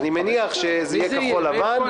אני מניח שזה יהיה כחול לבן,